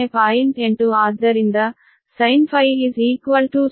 8 ಆದ್ದರಿಂದ sin⁡∅ 0